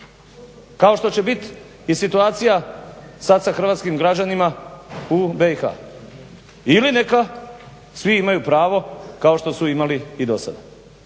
Kao što će bit i situacija sad sa hrvatskim građanima u BiH. Ili neka svi imaju pravo kao što su imali i do sad.